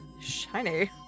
shiny